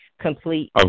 complete